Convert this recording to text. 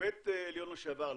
שופט עליון לשעבר,